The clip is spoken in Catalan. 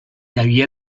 havia